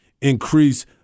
increase